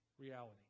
reality